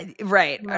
right